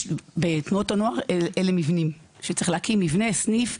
בתנועות הנוער אלה מבנים שצריך להקים, מבנה, סניף.